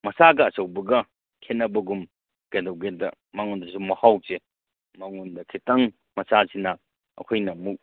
ꯃꯆꯥꯒ ꯑꯆꯧꯕꯒ ꯈꯦꯠꯅꯕꯒꯨꯝ ꯀꯩꯗꯧꯒꯦꯗ ꯃꯉꯣꯟꯗꯁꯨ ꯃꯍꯥꯎꯁꯦ ꯃꯉꯣꯟꯗ ꯈꯤꯇꯪ ꯃꯆꯥꯁꯤꯅ ꯑꯩꯈꯣꯏꯅ ꯑꯃꯨꯛ